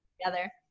together